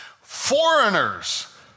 foreigners